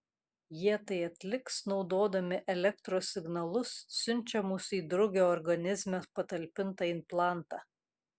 jie tai atliks naudodami elektros signalus siunčiamus į drugio organizme patalpintą implantą